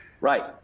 Right